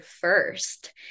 first